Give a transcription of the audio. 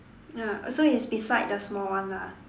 ya so it's beside the small one ah